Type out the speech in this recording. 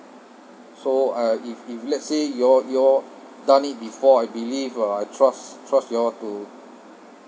so uh if if let's say you all you all done it before I believe uh I trust trust you all to